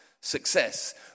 success